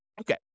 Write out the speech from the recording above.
Okay